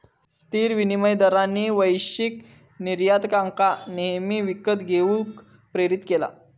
स्थिर विनिमय दरांनी वैश्विक निर्यातकांका नेहमी विकत घेऊक प्रेरीत केला